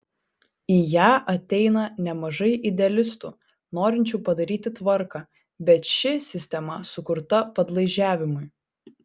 į ją ateina nemažai idealistų norinčių padaryti tvarką bet ši sistema sukurta padlaižiavimui